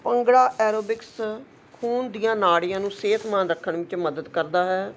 bhangra aerobics ਖੂਨ ਦੀਆਂ ਨਾੜੀਆਂ ਨੂੰ ਸਿਹਤਮੰਦ ਰੱਖਣ ਵਿੱਚ ਮਦਦ ਕਰਦਾ ਹੈ